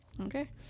Okay